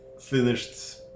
Finished